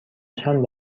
چند